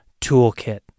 toolkit